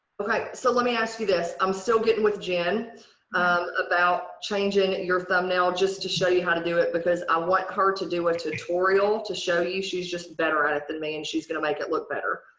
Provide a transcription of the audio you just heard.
okay! so let me ask you this. i'm still getting with gin um about changing your thumbnail just to show you how to do it because i want her to do a tutorial to show you she's just better at it than me and she's gonna make it look better.